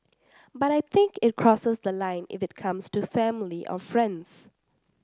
but I think it crosses the line if it comes to family or friends